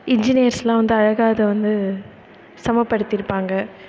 இஞ்சினியர்ஸெலாம் வந்து அழகாக அதை வந்து சமப்படுத்தியிருப்பாங்க